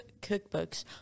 cookbooks